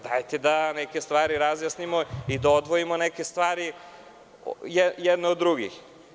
Dajte da neke stvari razjasnimo i da odvojimo neke stvari jedne od drugih.